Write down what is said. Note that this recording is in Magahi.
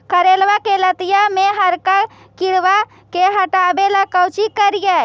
करेलबा के लतिया में हरका किड़बा के हटाबेला कोची करिए?